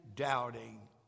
doubting